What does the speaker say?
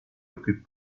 occupe